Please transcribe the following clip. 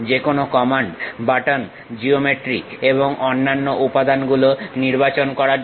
যে কোনো command button geometry এবং অন্যান্য উপাদান গুলো নির্বাচন করার জন্য